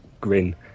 grin